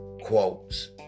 quotes